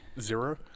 Zero